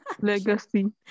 legacy